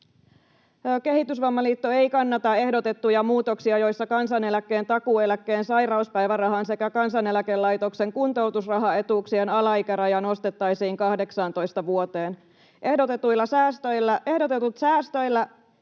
”Kehitysvammaliitto ei kannata ehdotettuja muutoksia, joissa kansaneläkkeen, takuueläkkeen, sairauspäivärahan sekä Kansaneläkelaitoksen kuntoutusrahaetuuksien alaikäraja nostettaisiin 18 vuoteen.” ”Ehdotetut säästöillä